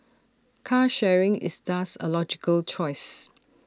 car sharing is thus A logical choice